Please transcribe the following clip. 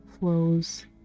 flows